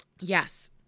Yes